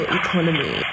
economy